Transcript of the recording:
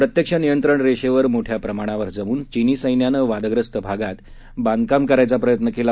प्रत्यक्ष नियंत्रण रेषेवर मोठ्या प्रमाणावर जमून चिनी सैन्यानं वादग्रस्त भागात बांधकाम करायचा प्रयत्न केला